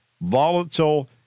volatile